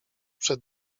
przed